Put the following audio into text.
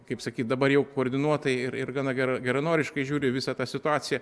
kaip sakyt dabar jau koordinuotai ir ir gana gera geranoriškai žiūri į visą tą situaciją